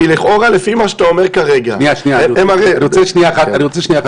כי לכאורה לפי מה שאתה אומר כרגע --- אני רוצה שניה אחת,